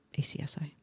ACSI